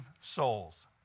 souls